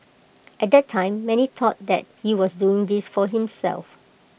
at that time many thought that he was doing this for himself